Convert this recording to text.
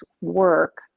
work